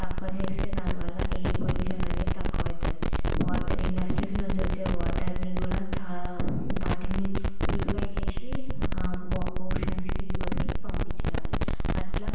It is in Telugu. తక్కువ చేస్తే దానివల్ల ఎయిర్ పొల్యూషన్ అనేది తక్కువ అవుతుంది వాటర్ ఇండస్ట్రీస్ నుంచి వచ్చే వాటర్ని కూడా చాలా వాటిని ప్యురిఫై చేసి ఓషన్స్కి రివర్స్కి పంపించేయాలి అట్లా